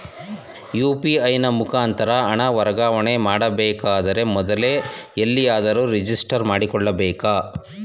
UPI ನ ಮುಖಾಂತರ ಹಣ ವರ್ಗಾವಣೆ ಮಾಡಬೇಕಾದರೆ ಮೊದಲೇ ಎಲ್ಲಿಯಾದರೂ ರಿಜಿಸ್ಟರ್ ಮಾಡಿಕೊಳ್ಳಬೇಕಾ?